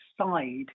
side